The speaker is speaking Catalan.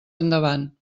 endavant